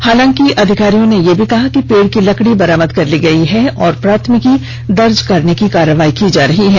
हालांकि अधिकारियों ने यह भी कहा कि पेड़ की लकड़ी बरामद की गई है और प्राथमिकी दर्ज करने की कार्रवाई की जा रही है